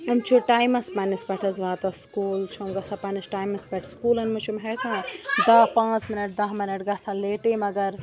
یِم چھُ ٹایمَس پنٛنِس پٮ۪ٹھ حظ واتان سکوٗل چھُ یم گژھان پَنٛنِس ٹایمَس پٮ۪ٹھ سکوٗلَن منٛز چھِ یِم ہٮ۪کان دَاہ پانٛژھ مِنٹ دَاہ منٹ گژھان لیٹٕے مگر